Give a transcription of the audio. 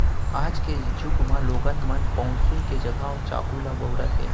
आज के जुग म लोगन मन पौंसुल के जघा चाकू ल बउरत हें